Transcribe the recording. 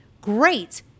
great